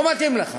לא מתאים לך.